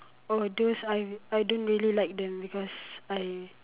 oh those I I don't really like them because I